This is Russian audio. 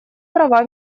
права